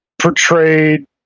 portrayed